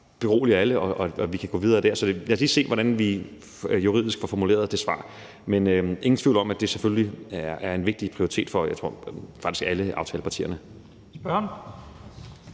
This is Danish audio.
beroliger alle og vi kan gå videre der. Så lad os lige se, hvordan vi juridisk får formuleret det svar. Men der er ingen tvivl om, at det selvfølgelig er en vigtig prioritet for, jeg tror